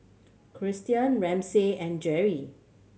Christian Ramsey and Jerri